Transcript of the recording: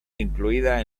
incluida